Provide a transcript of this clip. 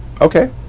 Okay